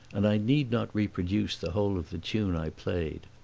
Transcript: and i need not reproduce the whole of the tune i played.